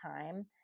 time